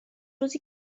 روزی